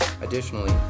Additionally